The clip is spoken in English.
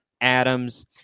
Adams